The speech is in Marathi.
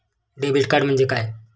डेबिट कार्ड म्हणजे काय?